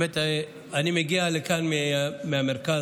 אני מגיע לכאן מהמרכז.